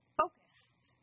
focused